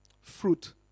fruit